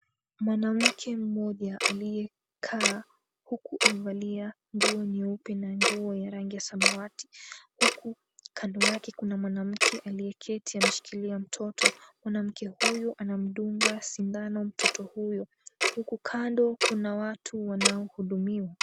Mwanamke mmoja aliyekaa huku amevalia nguo nyeupe na nguo ya rangi ya samawati huku kando yake kuna mwanamke aliyeketi ameshikilia mtoto. Mwanamke huyo anamdunga sindano mtoto huyo huku kando kuna watu wanaohudumiwa.